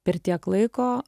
per tiek laiko